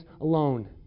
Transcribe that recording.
alone